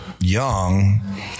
young